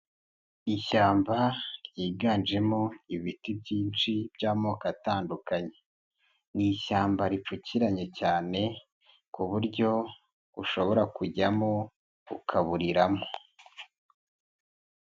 Ishyamba ryiganjemo ibiti byinshi by'amoko atandukanye, ni ishyamba ripfukiranye cyane ku buryo ushobora kujyamo ukaburiramo.